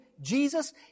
Jesus